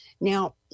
Now